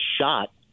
shot